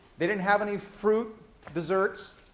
they didn't have any fruit desserts.